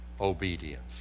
obedience